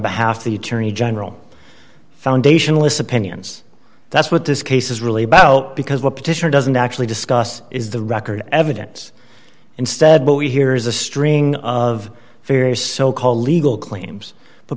of the attorney general foundationless opinions that's what this case is really about because the petition doesn't actually discuss is the record evidence instead what we hear is a string of various so called legal claims the